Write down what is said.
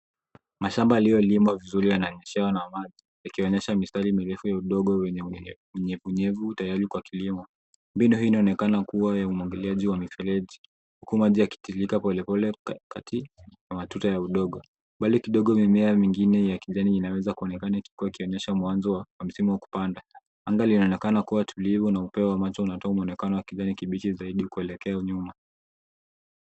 Mashamba yaliyolimwa vizuri yananyeshewa na maji. Ikionyesha mistari mirefu ya udongo wenye unyevunyevu tayari kwa kilimo. Mbinu hii inaonekana kuwa ya umwagiliaji wa mifereji, huku maji yakitiririka polepole kati ya matuta ya udongo. Mbali kidogo mimea mingine ya kijani inaweza kuonekana huku ikionyesha mwanzo wa msimu wa kupanda. Anga linaonekana kuwa tulivu na upeo wa macho unatoa mwonekano wa kijani kibichi zaidi kuelekea nyuma